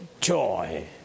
joy